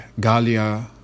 Galia